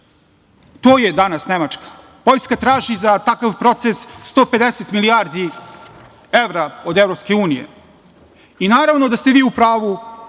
To je danas Nemačka. Poljska traži za takav proces 150 milijardi evra od EU. Naravno da ste vi u pravu